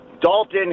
Dalton